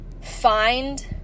find